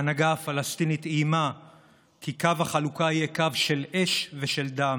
ההנהגה הפלסטינית איימה כי קו החלוקה יהיה קו של אש ושל דם,